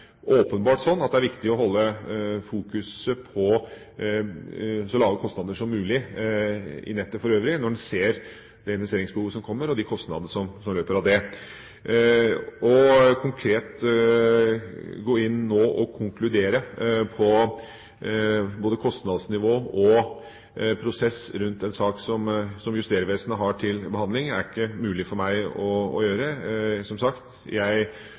lave kostnader som mulig i nettet for øvrig, når en ser det investeringsbehovet som kommer, og de kostnadene som løper på grunn av det. Å gå konkret inn nå og konkludere på både kostnadsnivå og prosess rundt en sak som Justervesenet har til behandling, er ikke mulig for meg å gjøre. Som sagt: Jeg